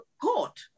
court